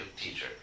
teacher